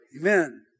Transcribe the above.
Amen